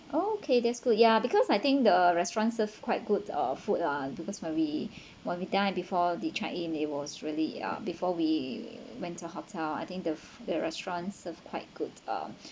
okay that's good yeah because I think the restaurants serve quite good uh food lah because when we when we dine in before the check in it was really uh before we went to the hotel I think the the restaurants served quite good ah